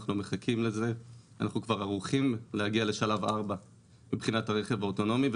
אנחנו מחכים לזה וערוכים להגיע לשלב 4 ברכב האוטונומי.